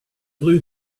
blew